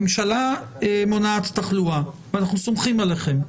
הממשלה מונעת תחלואה ואנחנו סומכים עליכם.